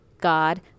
God